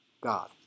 God